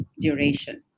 duration